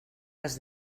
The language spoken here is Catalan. les